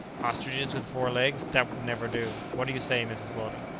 ostriches with four legs! that will never do! what do you say. mrs. weldon?